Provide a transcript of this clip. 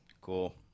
Cool